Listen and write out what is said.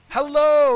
Hello